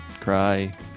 cry